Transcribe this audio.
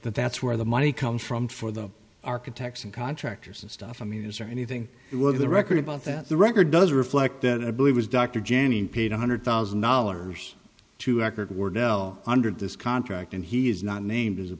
that that's where the money comes from for the architects and contractors and stuff i mean is there anything to the record about that the record does reflect that i believe was dr janeen paid one hundred thousand dollars to acard wardell under this contract and he is not named as a